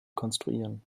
konstruieren